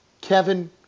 Kevin